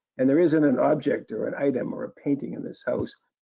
and there isn't an object, or an item, or a painting in this house,